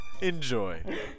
Enjoy